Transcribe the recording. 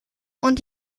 und